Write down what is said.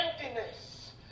emptiness